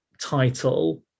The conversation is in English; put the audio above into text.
title